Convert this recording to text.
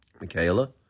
Michaela